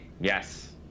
yes